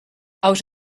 out